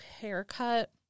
haircut